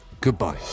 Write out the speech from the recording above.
goodbye